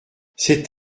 c’est